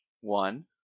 One